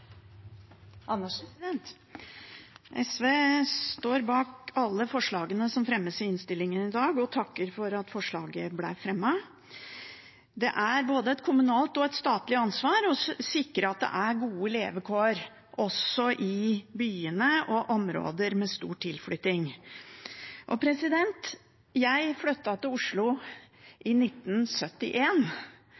og videreutvikles. SV står bak alle forslagene som fremmes i innstillingen i dag, og takker for at forslaget ble fremmet. Det er både et kommunalt og et statlig ansvar å sikre at det er gode levekår også i byene og områder med stor tilflytting. Jeg flyttet til Oslo